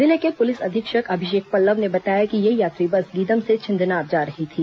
जिले के पुलिस अधीक्षक अभिषेक पल्लव ने बताया कि यह यात्री बस गीदम से छिंदनार जा रही थी